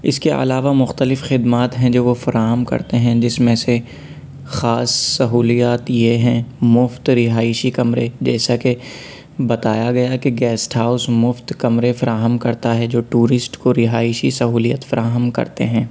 اِس کے علاوہ مختلف خدمات ہیں جو وہ فراہم کرتے ہیں جس میں سے خاص سہولیات یہ ہیں مفت رہائشی کمرے جیسا کہ بتایا گیا ہے کہ گیسٹ ہاؤس مفت کمرے فراہم کرتا ہے جو ٹورسٹ کو رہائشی سہولیت فراہم کرتے ہیں